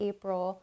April